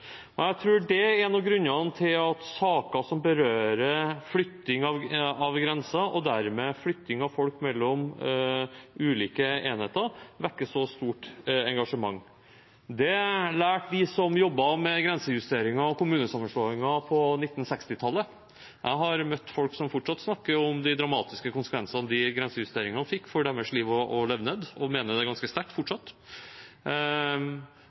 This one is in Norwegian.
Jeg tror det er en av grunnene til at saker som berører flytting av en grense, og dermed flytting av folk mellom ulike enheter, vekker så stort engasjement. Det lærte de som jobbet med grensejusteringer og kommunesammenslåinger på 1960-tallet. Jeg har møtt folk som fortsatt snakker om de dramatiske konsekvensene de grensejusteringene fikk for deres liv og levnet, og som mener det ganske sterkt